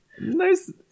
nice